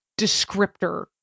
descriptor